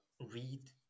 read